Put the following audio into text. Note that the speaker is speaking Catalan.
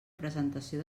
presentació